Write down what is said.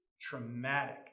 traumatic